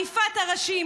על עריפת הראשים,